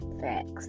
Facts